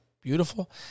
beautiful